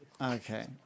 Okay